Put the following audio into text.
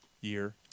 year